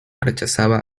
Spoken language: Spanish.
rechazaba